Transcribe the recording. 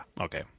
Okay